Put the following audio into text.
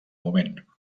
moment